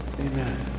Amen